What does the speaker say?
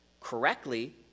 correctly